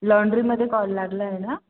लँड्रीमध्ये call लागलाय ना